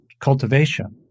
cultivation